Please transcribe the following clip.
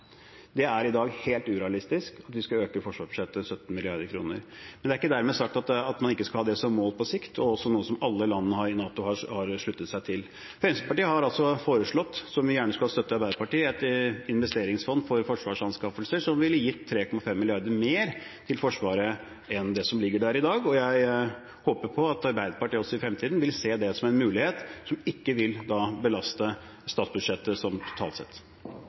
Det er i dag helt urealistisk at vi skal øke forsvarsbudsjettet med 17 mrd. kr. Men det er ikke dermed sagt at man ikke skal ha det som mål på sikt, og det er også noe som alle landene i NATO har sluttet seg til. Fremskrittspartiet har altså foreslått, som vi gjerne skulle hatt støtte til fra Arbeiderpartiet, et investeringsfond for forsvarsanskaffelser, noe som ville gitt 3,5 mrd. kr mer til Forsvaret enn det som ligger der i dag. Jeg håper at Arbeiderpartiet i fremtiden vil se det som en mulighet som ikke vil belaste statsbudsjettet totalt sett.